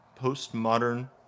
postmodern